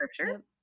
scripture